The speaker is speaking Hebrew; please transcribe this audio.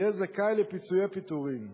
יהיה זכאי לפיצויי פיטורין,